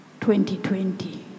2020